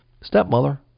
stepmother